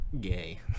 gay